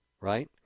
right